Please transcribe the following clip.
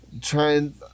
trying